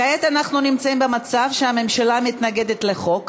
כעת אנחנו נמצאים במצב שהממשלה מתנגדת לחוק,